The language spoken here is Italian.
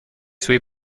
suoi